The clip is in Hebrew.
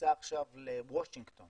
תיסע עכשיו לוושינגטון